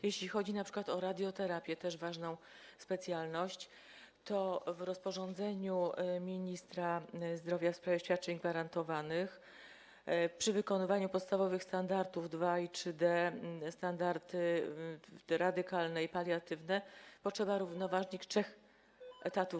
Jeśli chodzi np. o radioterapię, też ważną specjalność, to zgodnie z rozporządzeniem ministra zdrowia w sprawie świadczeń gwarantowanych przy wykonywaniu podstawowych standardów 2 i 3D - standardy radykalne i paliatywne - potrzeba równoważnika trzech etatów.